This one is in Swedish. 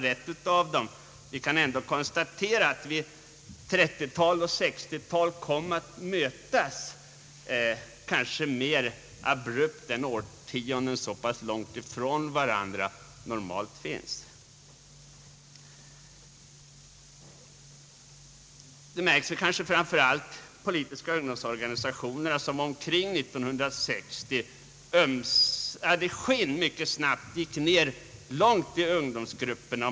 Utan att ta bestämd ställning kan man ändå konstatera att 1930-talet och 1960-talet kommit att mötas kanske mer abrupt än andra årtionden så pass långt ifrån varandra. Det märks kanske framför allt på de politiska ungdomsorganisationerna, som omkring 1960 ömsade skinn och började rekryteras längre ner i ungdomsgrupperna.